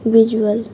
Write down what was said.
visual